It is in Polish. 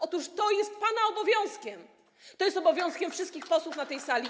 Otóż to jest pana obowiązek, to jest obowiązek wszystkich posłów na tej sali.